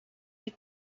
you